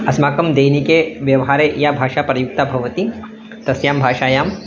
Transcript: अस्माकं दैनिके व्यवहारे या भाषा परियुक्ता भवति तस्यां भाषायां